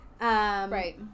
Right